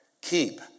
keep